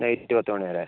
night പത്തു മണി വരെ